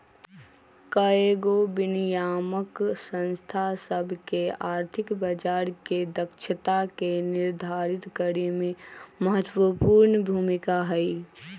कयगो विनियामक संस्था सभ के आर्थिक बजार के दक्षता के निर्धारित करेमे महत्वपूर्ण भूमिका हइ